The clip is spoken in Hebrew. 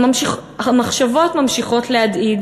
המחשבות ממשיכות להדאיג,